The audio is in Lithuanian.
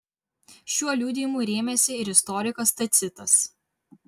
šiuo liudijimu rėmėsi ir istorikas tacitas